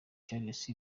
charles